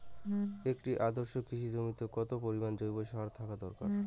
একটি আদর্শ কৃষি জমিতে কত পরিমাণ জৈব সার থাকা দরকার?